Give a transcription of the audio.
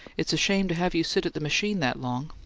it's a shame to have you sit at the machine that long,